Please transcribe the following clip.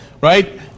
Right